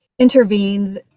intervenes